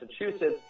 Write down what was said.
Massachusetts